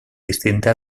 distinta